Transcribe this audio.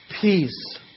peace